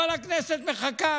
כל הכנסת מחכה עכשיו,